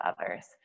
others